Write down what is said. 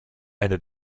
eine